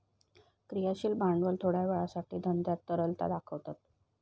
क्रियाशील भांडवल थोड्या वेळासाठी धंद्यात तरलता दाखवता